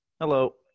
Hello